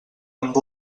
amb